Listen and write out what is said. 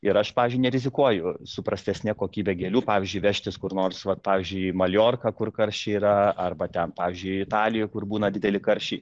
ir aš pavyzdžiui nerizikuoju su prastesne kokybe gėlių pavyzdžiui vežtis kur nors vat pavyzdžiui į maljorką kur karščiai yra arba ten pavyzdžiui italijoj kur būna dideli karščiai